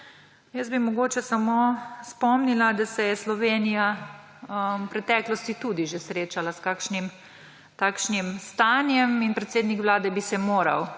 Jaz bi mogoče samo spomnila, da se je Slovenija v preteklosti tudi že srečala s kakšnim takšnim stanjem in predsednik vlade bi se moral